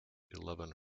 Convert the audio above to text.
eleven